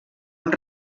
amb